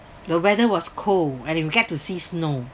the weather was cold I didn't get to see snow